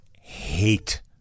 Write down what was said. hate